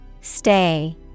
Stay